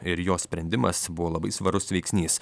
ir jo sprendimas buvo labai svarus veiksnys